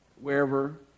wherever